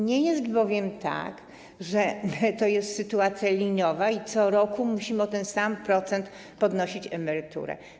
Nie jest bowiem tak, że to jest sytuacja liniowa i że co roku musimy o ten sam procent podnosić emeryturę.